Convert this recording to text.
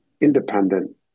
independent